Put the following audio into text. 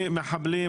מחבלים,